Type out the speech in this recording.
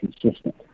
consistent